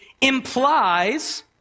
implies